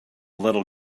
little